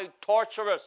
torturous